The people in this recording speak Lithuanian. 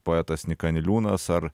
poetas nyka niliūnas ar